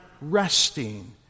resting